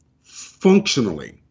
functionally